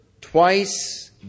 twice